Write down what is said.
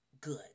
good